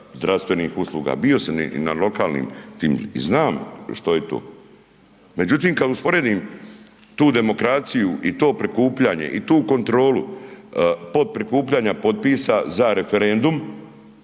zdravstvenih usluga, bio sam i na lokalnim tim i znam što je to. Međutim kad usporedim tu demokraciju i to prikupljanje i tu kontrolu podprikupljanja potpisa za referendum